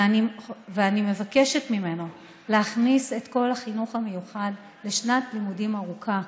ואני מבקשת ממנו להכניס את כל החינוך המיוחד לשנת לימודים ארוכה,